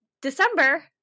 December